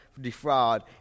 defraud